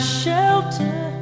shelter